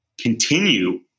continue